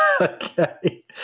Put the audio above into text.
Okay